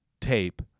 tape